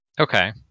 Okay